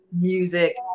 music